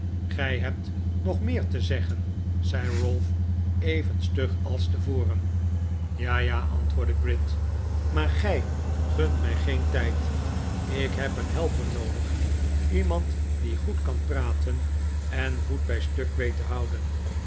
gij hebt nog meer te zeggen zei ralph even stug als tevoren ja ja antwoordde gride maar gij gunt mij geen tijd ik heb een helper noodig iemand die goed kan praten en voet bij stuk weet te houden